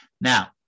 Now